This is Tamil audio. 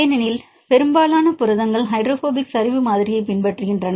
ஏனெனில் பெரும்பாலான புரதங்கள் ஹைட்ரோபோபிக் சரிவு மாதிரியைப் பின்பற்றுகின்றன